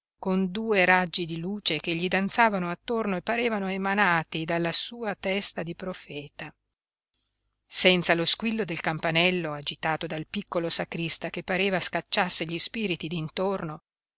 con due raggi di luce che gli danzavano attorno e parevano emanati dalla sua testa di profeta senza lo squillo del campanello agitato dal piccolo sacrista che pareva scacciasse gli spiriti d'intorno